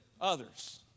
others